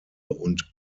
und